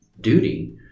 duty